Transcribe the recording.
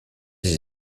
des